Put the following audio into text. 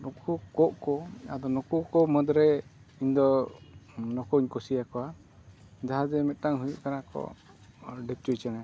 ᱱᱩᱠᱩ ᱠᱚᱸᱜ ᱠᱚ ᱟᱫᱚ ᱱᱩᱠᱩ ᱠᱚ ᱢᱩᱫᱽᱨᱮ ᱤᱧᱫᱚ ᱱᱩᱠᱩᱧ ᱠᱩᱥᱤ ᱟᱠᱚᱣᱟ ᱡᱟᱦᱟᱸ ᱡᱮ ᱢᱤᱫᱴᱟᱱ ᱦᱩᱭᱩᱜ ᱠᱟᱱᱟ ᱠᱚ ᱰᱷᱤᱯᱪᱩᱭ ᱪᱮᱬᱮ